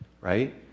right